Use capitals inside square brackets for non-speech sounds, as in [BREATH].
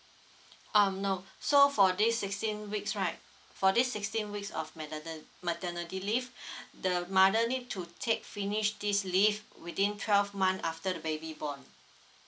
um no so for this sixteen weeks right for this sixteen weeks of meterni~ maternity leave [BREATH] the mother need to take finish this leave within twelve month after the baby born